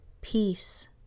Peace